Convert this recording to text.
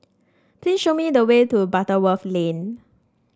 please show me the way to Butterworth Lane